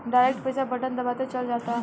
direct पईसा button दबावते चल जाता